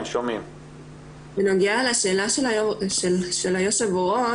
בנוגע לשאלה של היושב-ראש,